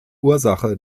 ursache